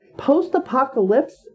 Post-apocalypse